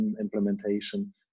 implementation